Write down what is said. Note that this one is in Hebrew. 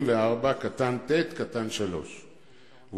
44(ט)(3).